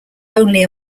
only